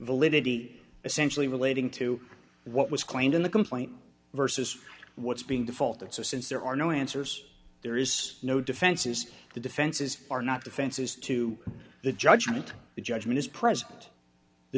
libby essentially relating to what was claimed in the complaint versus what's being defaulted so since there are no answers there is no defenses the defenses are not defenses to the judgment the judgment is present the